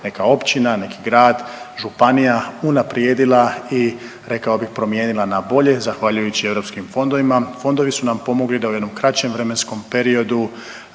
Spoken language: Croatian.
neka općina, neki grad, županija unaprijedila i, rekao bih, promijenila na bolje zahvaljujući EU fondovima, fondovi su nam pomogli da u jednom kraćem vremenskom periodu